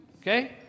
Okay